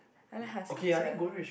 I like Husky sia